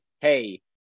hey